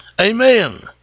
amen